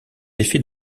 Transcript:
effets